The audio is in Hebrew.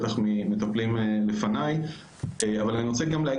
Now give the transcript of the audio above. בטח גם שמעתם על זה ממטפלים לפניי.